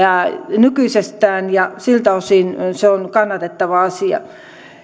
nykyisestään ja siltä osin se on kannatettava asia